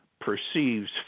perceives